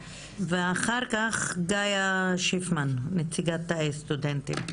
ואחר כך תדבר גאיה שיפמן, נציגת הסטודנטים.